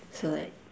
so like